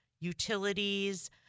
utilities